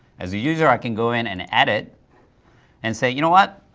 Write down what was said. as a user i can go in and edit and say, you know what?